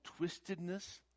twistedness